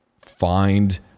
find